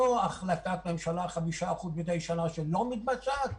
ולא בהחלטת ממשלה על 5% מדי שנה שלא מתבצעת,